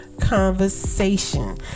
conversation